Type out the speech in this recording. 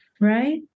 Right